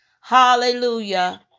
Hallelujah